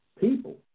people